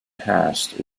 passed